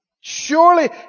surely